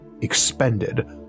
expended